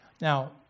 Now